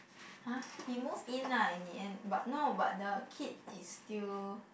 !huh! he move in ah in the end but no but the kid is still